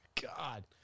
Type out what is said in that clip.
God